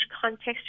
context